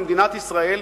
במדינת ישראל,